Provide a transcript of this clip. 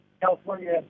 California